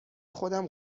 خودم